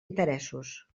interessos